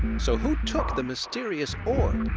so, who took the mysterious orb?